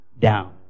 down